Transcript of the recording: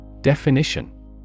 Definition